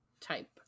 type